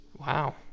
Wow